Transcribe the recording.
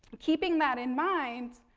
keeping that in mind,